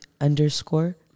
underscore